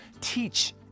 teach